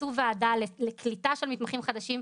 עשו ועדה לקליטה של מתמחים חדשים.